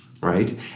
right